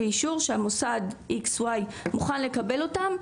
שהמוסד XY מוכן לקבל אותם,